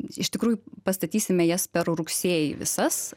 iš tikrųjų pastatysime jas per rugsėjį visas